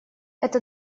это